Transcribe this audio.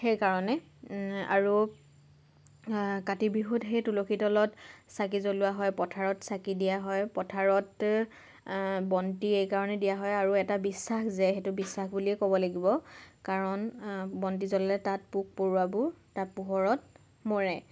সেইকাৰণে আৰু কাতি বিহুত সেই তুলসী তলত চাকি জ্বলোৱা হয় পথাৰত চাকি দিয়া হয় পথাৰত বন্তি এইকাৰণে দিয়া হয় আৰু এটা বিশ্বাস যে সেইটো বিশ্বাস বুলিয়েই ক'ব লাগিব কাৰণ বন্তি জ্বলালে তাত পোক পৰুৱাবোৰ তাৰ পোহৰত মৰে